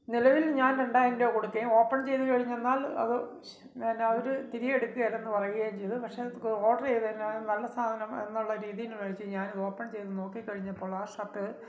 നിലവിൽ ഞാൻ രണ്ടായിരം രൂപ കൊടുക്കുകയും ഓപ്പൺ ചെയ്തുകഴിഞ്ഞെന്നാൽ അത് എന്നാ അവര് തിരികെ എടുക്കേല്ലെന്ന് പറയുകയും ചെയ്തു പക്ഷെ ഏത് ഓഡ്രെയ്തെന്നെ നല്ല സാധനം എന്നുള്ള രീതിയില് മേടിച്ചു ഞാനത് ഓപ്പൺ ചെയ്ത് നോക്കിക്കഴിഞ്ഞപ്പോഴാ ഷർട്ട്